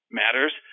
matters